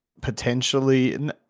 potentially